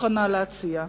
מוכנה להציע,